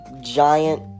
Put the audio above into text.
giant